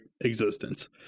existence